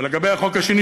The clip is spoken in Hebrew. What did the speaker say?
ולגבי החוק השני,